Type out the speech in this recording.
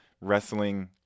wrestling